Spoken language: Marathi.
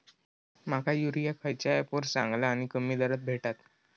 माका युरिया खयच्या ऍपवर चांगला आणि कमी दरात भेटात?